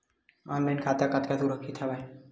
Online खाता कतका सुरक्षित हवय?